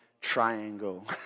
triangle